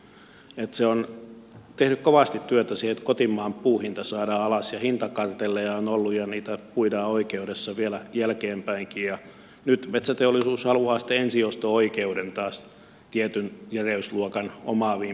se on tehnyt kovasti työtä että kotimaan puun hinta saadaan alas ja hintakartelleja on ollut ja niitä puidaan oikeudessa vielä jälkeenpäinkin ja nyt metsäteollisuus haluaa sitten ensiosto oikeuden taas tietyn järeysluokan omaaviin puihin